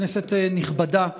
כנסת נכבדה,